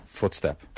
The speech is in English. footstep